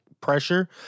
pressure